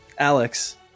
Alex